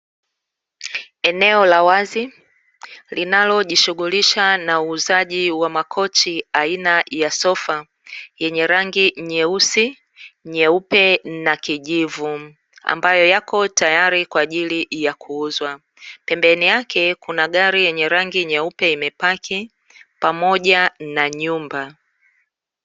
Eneo la wazi linalojishughulisha na uuzaji wa makochi aina ya sofa yenye rangi nyeusi, nyeupe na kijivu, ambayo yapo tayari kwaajili ya kuuzwa, pembeni yake kuna gari nyeupe imepaki pamoja na nyumba.